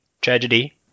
Tragedy